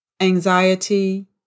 Anxiety